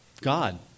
God